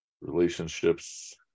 Relationships